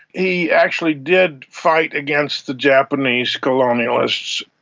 he actually did fight against the japanese colonialists,